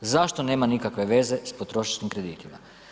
Zašto nema nikakve veze s potrošačkim kreditima?